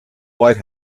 white